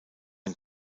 ein